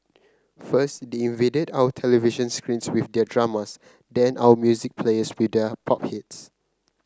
first they invaded our television screens with their dramas then our music players with their pop hits